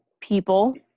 people